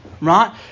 right